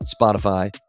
Spotify